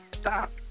Stop